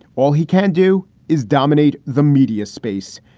all he can do is dominate the media space,